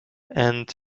and